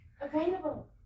available